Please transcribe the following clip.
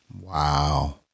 wow